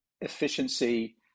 efficiency